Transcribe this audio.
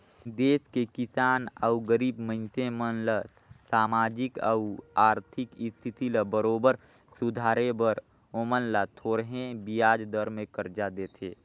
देस के किसान अउ गरीब मइनसे मन ल सामाजिक अउ आरथिक इस्थिति ल बरोबर सुधारे बर ओमन ल थो रहें बियाज दर में करजा देथे